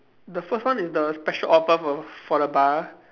the first one is the special offer for for the bar